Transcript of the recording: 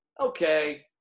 okay